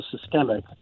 systemic